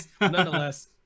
Nonetheless